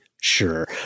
Sure